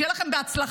שיהיה לכם בהצלחה.